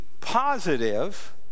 positive